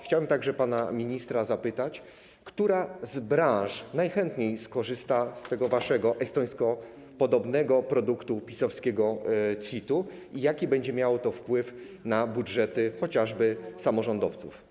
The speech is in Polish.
Chciałbym także pana ministra zapytać, która z branż najchętniej skorzysta z tego waszego estońskopodobnego produktu, PiS-owskiego CIT-u i jaki będzie miało to wpływ na budżety chociażby samorządowców.